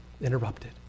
Interrupted